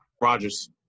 Rogers